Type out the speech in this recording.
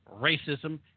racism